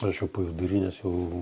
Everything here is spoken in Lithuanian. aš jau po vidurinės jau